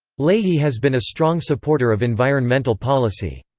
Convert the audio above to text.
leahy has been a strong supporter of environmental policy.